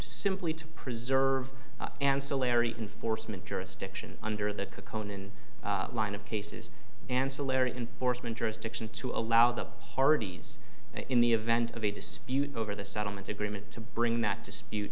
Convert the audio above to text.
simply to preserve ancillary enforcement jurisdiction under the kukkonen line of cases ancillary enforcement jurisdiction to allow the parties in the event of a dispute over the settlement agreement to bring that dispute